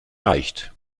leicht